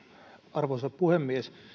arvoisa puhemies